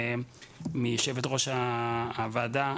מיו"ר הוועדה,